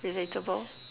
relatable